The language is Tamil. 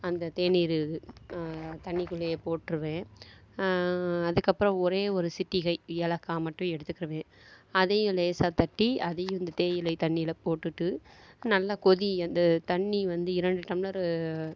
அந்த தேநீர் தண்ணிக்குள்ளேயே போட்டுருவேன் அதுக்கு அப்புறம் ஒரே ஒரு சிட்டிகை ஏலக்காய் மட்டும் எடுத்துக்கிவேன் அதையும் லேசாக தட்டி அதையும் இந்த தேயிலை தண்ணியில் போட்டுட்டு நல்லா கொதி அந்த தண்ணி வந்து இரண்டு டம்ளரு